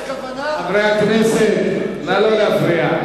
חברי הכנסת, נא לא להפריע.